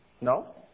No